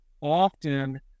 often